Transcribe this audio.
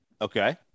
Okay